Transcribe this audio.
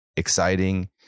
exciting